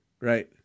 Right